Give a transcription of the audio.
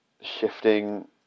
shifting